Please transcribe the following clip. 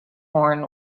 horn